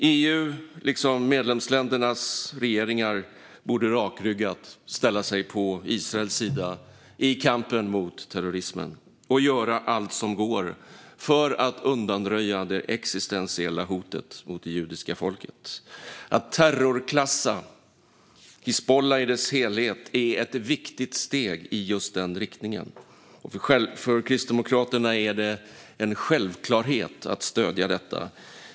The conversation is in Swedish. EU, liksom medlemsländernas regeringar, borde rakryggat ställa sig på Israels sida i kampen mot terrorismen och göra allt som går för att undanröja det existentiella hotet mot det judiska folket Att terrorklassa Hizbullah i dess helhet är ett viktigt steg i just den riktningen. För Kristdemokraterna är det en självklarhet att stödja detta.